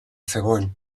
zegoen